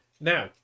Now